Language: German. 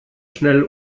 schnell